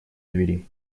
двери